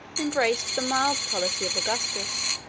embraced the mild policy of augustus,